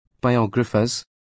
biographers